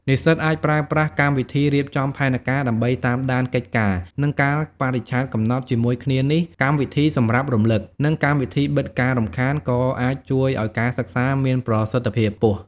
និស្សិតអាចប្រើប្រាស់កម្មវិធីរៀបចំផែនការ ដើម្បីតាមដានកិច្ចការ និងកាលបរិច្ឆេទកំណត់ ជាមួយគ្នានេះ កម្មវិធីសម្រាប់រំលឹក និងកម្មវិធីបិទការរំខាន ក៏អាចជួយឲ្យការសិក្សាមានប្រសិទ្ធភាពខ្ពស់។